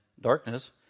darkness